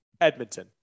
Edmonton